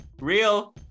real